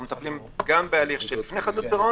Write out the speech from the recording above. אנחנו מטפלים גם בהליך של לפני חדלות פירעון